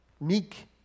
Meek